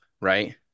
right